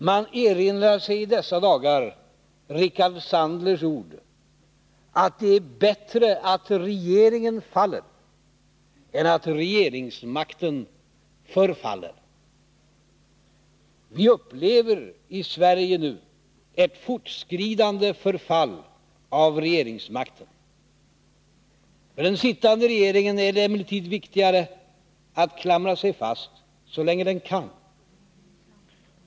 Man erinrar sig i dessa dagar Richard Sandlers ord att det är bättre att regeringen faller än att regeringsmakten förfaller. Vi upplever i Sverige nu ett fortskridande förfall av regeringsmakten. För den sittande regeringen är det emellertid viktigare att klamra sig fast så länge den kan.